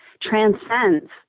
transcends